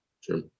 Sure